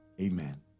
Amen